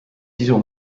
sisu